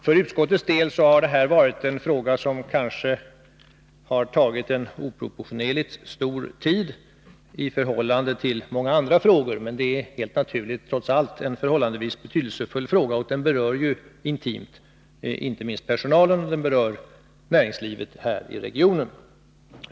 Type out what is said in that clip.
För utskottets del har detta varit en fråga som kanske har tagit oproportionerligt mycket tid i anspråk i förhållande till många andra frågor. Men trots allt är det helt naturligt en förhållandevis betydelsefull fråga, och den hör intimt samman med personalens situation och berör näringslivet i regionen.